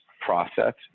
process